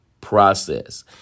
process